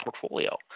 portfolio